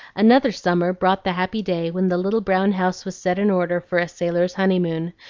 another summer brought the happy day when the little brown house was set in order for a sailor's honeymoon,